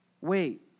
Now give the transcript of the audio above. wait